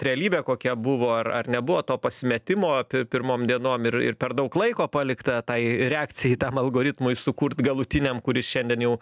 realybė kokia buvo ar ar nebuvo to pasimetimo pirmom dienom ir ir per daug laiko palikta tai reakcijai tam algoritmui sukurt galutiniam kuris šiandien jau